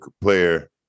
player